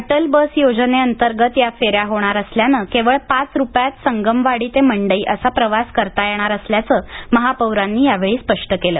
Atal bus योजनेअंतर्गत या फेऱ्या होणार असल्यानं केवळ पाच रुपयांत संगमवाडी ते मंडई असा प्रवास करता येणार असल्याचं महापौरांनी यावेळी स्पष्ट केलं